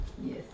Yes